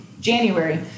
January